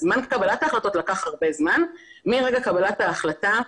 זמן קבלת ההחלטות לקח הרבה זמן, מרגע קבלת ההחלטה,